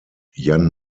jan